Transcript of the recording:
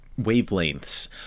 wavelengths